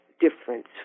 difference